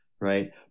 right